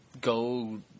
go